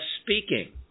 speaking